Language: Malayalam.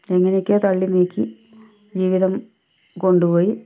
എങ്ങനെയൊക്കയോ തള്ളിനീക്കി ജീവിതം കൊണ്ടുപോയി